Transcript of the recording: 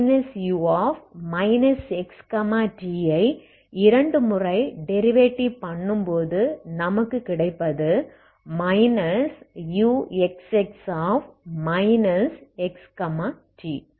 u xtஐ இரண்டு முறை டெரிவேடிவ் பண்ணும்போது நமக்கு கிடைப்பது uxx xt